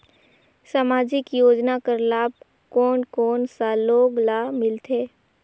समाजिक योजना कर लाभ कोन कोन सा लोग ला मिलथे?